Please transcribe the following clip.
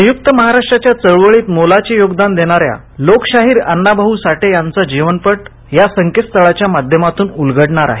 संयुक्त महाराष्ट्राच्या चळवळीत मोलाचे योगदान देणाऱ्या लोकशाहीर अण्णाभाऊं साठे यांचा जीवनपट या संकेत स्थळाच्या माध्यमातून उलगडणार आहे